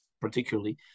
particularly